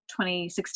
2016